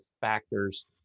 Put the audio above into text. factors